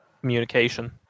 communication